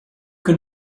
can